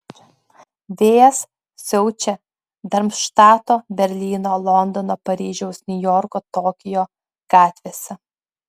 vėjas siaučia darmštato berlyno londono paryžiaus niujorko tokijo gatvėse